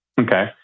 Okay